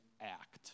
act